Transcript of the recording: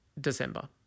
December